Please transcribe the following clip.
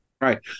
Right